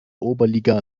oberliga